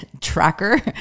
tracker